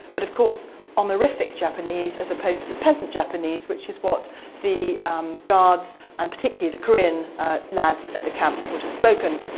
but of course honorific japanese as opposed to peasant japanese which is what the guards and um particularly the korean lads at the camps would have spoken.